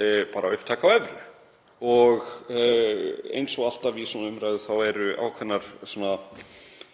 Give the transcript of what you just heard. upptaka á evru. Eins og alltaf í svona umræðu eru ákveðnar